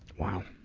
wow.